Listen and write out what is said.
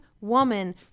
woman